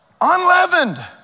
Unleavened